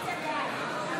(קורא בשמות חברי הכנסת)